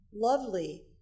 lovely